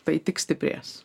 tai tik stiprės